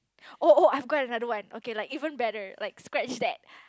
oh oh I've got another one okay like even better like scratch that